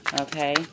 okay